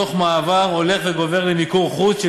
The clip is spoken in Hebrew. תוך מעבר הולך וגובר למיקור חוץ של